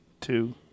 two